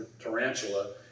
tarantula